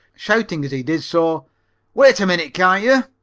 shouting as he did so wait a minute, can't you?